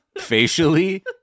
facially